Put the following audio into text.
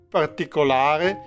particolare